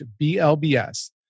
BLBS